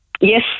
Yes